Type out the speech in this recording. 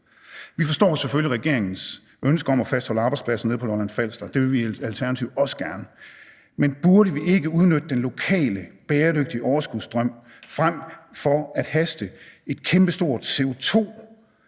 Vi forstår selvfølgelig regeringens ønske om at fastholde arbejdspladserne på Lolland-Falster; det vil vi i Alternativet også gerne. Men burde vi ikke udnytte den lokale bæredygtige overskudsstrøm frem for at haste et kæmpestort